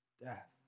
Death